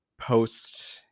post